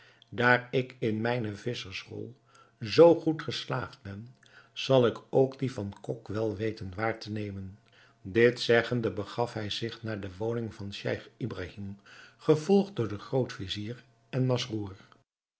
daar ik in mijne visschersrol zoo goed geslaagd ben zal ik ook die van kok wel weten waar te nemen dit zeggende begaf hij zich naar de woning van scheich ibrahim gevolgd door den groot-vizier en